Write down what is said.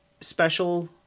special